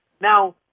Now